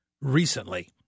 recently